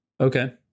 Okay